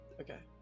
Okay